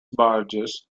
barges